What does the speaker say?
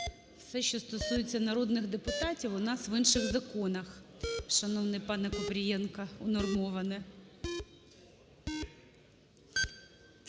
Все, що стосується народних депутатів, у нас в інших законах,